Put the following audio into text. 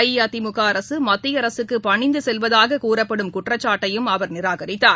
அஇஅதிமுகஅரசுமத்தியஅரசுக்குபணிந்தசெல்வதாககூறப்படும் குற்றச்சாட்டையும் அவர் நிராகரித்தார்